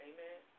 Amen